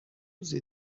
روز